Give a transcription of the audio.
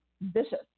vicious